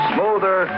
Smoother